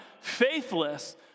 faithless